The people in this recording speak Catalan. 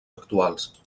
actuals